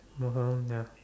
more um ya